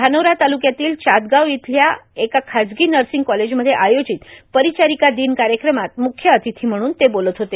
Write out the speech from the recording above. धानोरा तालुक्यातील चातगाव येथील एका खाजगी नर्सिंग कॉलेजमध्ये आयोजित परिचारिका दिन कार्यक्रमात मुख्य अतिथी म्हणून ते बोलत होते